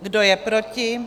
Kdo je proti?